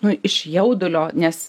nu iš jaudulio nes